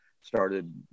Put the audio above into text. started